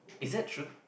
is that true